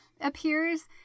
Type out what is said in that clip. appears